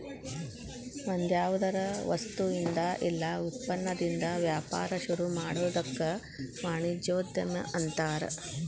ಒಂದ್ಯಾವ್ದರ ವಸ್ತುಇಂದಾ ಇಲ್ಲಾ ಉತ್ಪನ್ನದಿಂದಾ ವ್ಯಾಪಾರ ಶುರುಮಾಡೊದಕ್ಕ ವಾಣಿಜ್ಯೊದ್ಯಮ ಅನ್ತಾರ